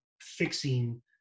fixing